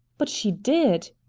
but she did,